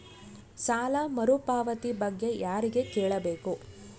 ಸಾಲ ಮರುಪಾವತಿ ಬಗ್ಗೆ ಯಾರಿಗೆ ಕೇಳಬೇಕು?